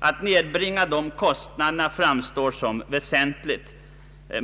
Att nedbringa dessa kostnader framstår som väsentligt.